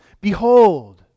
Behold